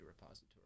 repository